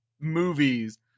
movies